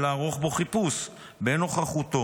לערוך בו חיפוש בנוכחותו,